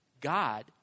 God